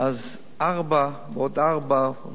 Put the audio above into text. אז ארבעה ועוד ארבעה, ועוד שלושה,